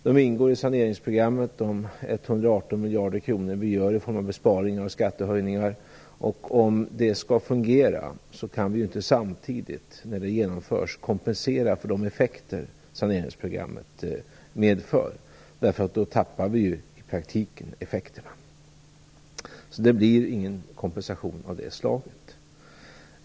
De ingår i saneringsprogrammet på 118 miljarder kronor i form av besparingar och skattehöjningar. Om det skall fungera kan vi inte samtidigt som det genomförs kompensera för de effekter saneringsprogrammet medför. Då tappar vi ju i praktiken effekterna. Det blir ingen kompensation av det slaget.